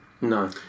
No